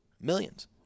millions